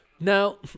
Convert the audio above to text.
Now